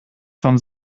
von